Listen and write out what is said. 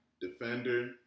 defender